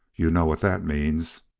you know what that means.